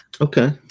Okay